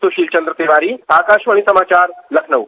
सुशील चंद्र तिवारी आकाशवाणी समाचार लखनऊ